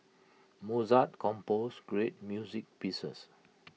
Mozart composed great music pieces